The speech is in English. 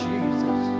Jesus